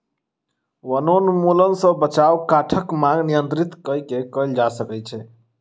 वनोन्मूलन सॅ बचाव काठक मांग नियंत्रित कय के कयल जा सकै छै